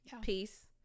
peace